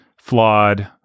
flawed